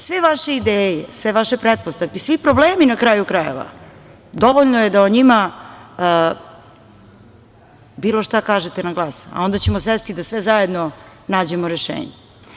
Sve vaše ideje, sve vaše pretpostavke, svi problemi na kraju krajeva, dovoljno je da o njima bilo šta kažete samo na glas, a onda ćemo sesti da svi zajedno nađemo rešenje.